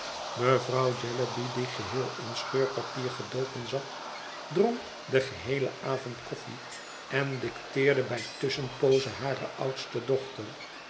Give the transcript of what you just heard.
mevrouw jellyby die geheel in scheurpapier gedoken zat dronk den geheelen avond koffie en dicteerde bij tusschenpoozen hare oudste dochter